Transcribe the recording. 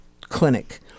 clinic